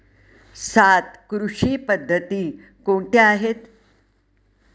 सात कृषी पद्धती कोणत्या आहेत?